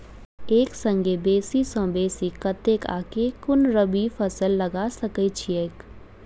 एक संगे बेसी सऽ बेसी कतेक आ केँ कुन रबी फसल लगा सकै छियैक?